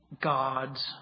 God's